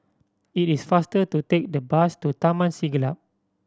it is faster to take the bus to Taman Siglap